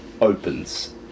opens